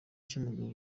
cy’umugabo